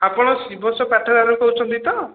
ଆପଣ ଶିବସ୍ୟ ପାଠାଗାର ରୁ କହୁଛନ୍ତି ତ